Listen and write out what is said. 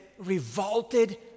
revolted